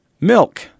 Milk